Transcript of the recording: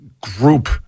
group